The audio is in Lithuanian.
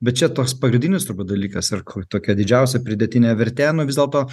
bet čia toks pagrindinis turbūt dalykas ir kur tokia didžiausia pridėtinė vertė nu vis dėlto